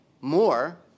more